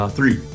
Three